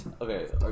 Okay